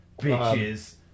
bitches